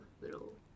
little